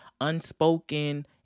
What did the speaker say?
unspoken